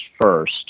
first